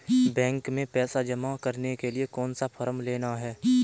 Bank में पैसा जमा करने के लिए कौन सा फॉर्म लेना है?